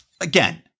again